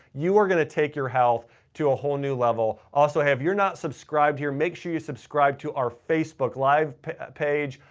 you are going to take your health to a whole new level. also, if you're not subscribed here, make sure you subscribe to our facebook live page,